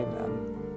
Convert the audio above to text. Amen